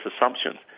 assumptions